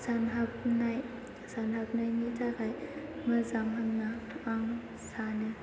सानहाबनाय सानहाबनायनि थाखाय मोजां होनना आं सानो